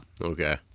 Okay